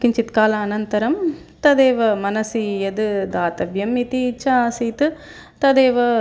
किञ्चित्कालानन्तरं तदेव मनसि यद् दातव्यम् इति इच्छा आसीत् तदेव